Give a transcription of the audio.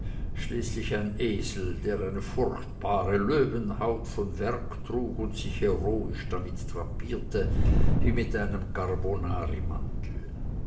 schließlich ein esel der eine furchtbare löwenhaut von werg trug und sich heroisch damit drapierte wie mit einem